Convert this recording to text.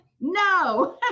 No